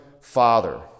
father